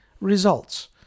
results